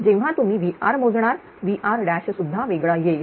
जेव्हा तुम्ही VR मोजणार VR सुद्धा वेगळा येईल